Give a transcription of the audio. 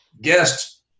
guest